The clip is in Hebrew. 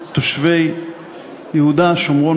נגד יאיר שמיר,